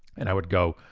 and i would go